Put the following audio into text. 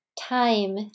time